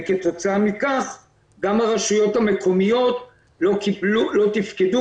וכתוצאה מכך גם הרשויות המקומיות לא תפקדו